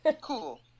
Cool